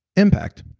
impact.